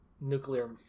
nuclear